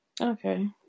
Okay